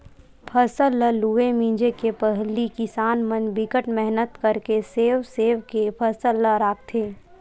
फसल ल लूए मिजे के पहिली किसान मन बिकट मेहनत करके सेव सेव के फसल ल राखथे